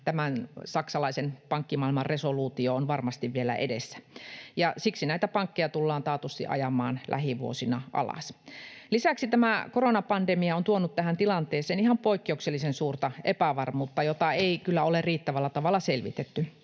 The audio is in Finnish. tämän saksalaisen pankkimaailman resoluutio on varmasti vielä edessä, ja siksi näitä pankkeja tullaan taatusti ajamaan lähivuosina alas. Lisäksi koronapandemia on tuonut tähän tilanteeseen ihan poikkeuksellisen suurta epävarmuutta, jota ei kyllä ole riittävällä tavalla selvitetty.